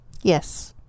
Yes